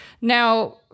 Now